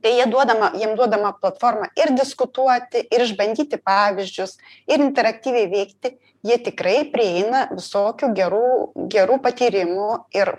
deja duodama jiem duodama platforma ir diskutuoti ir išbandyti pavyzdžius ir interaktyviai veikti jie tikrai prieina visokių gerų gerų patyrimų ir